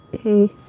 Okay